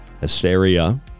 hysteria